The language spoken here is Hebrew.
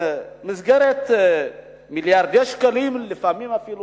במסגרת מיליארדי שקלים, שלפעמים אפילו